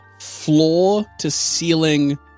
floor-to-ceiling